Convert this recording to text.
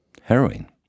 heroin